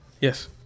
Yes